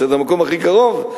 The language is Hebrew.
שזה המקום הכי קרוב,